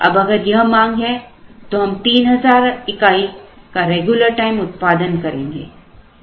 अब अगर यह मांग है तो हम 3000 इकाई का रेगुलर टाइम उत्पादन करेंगे